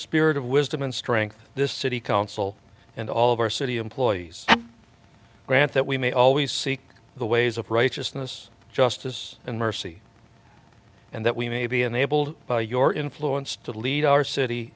spirit of wisdom and strength this city council and all of our city employees grant that we may always seek the ways of righteousness justice and mercy and that we may be enabled by your influence to lead our city